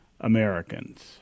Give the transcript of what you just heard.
Americans